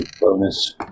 bonus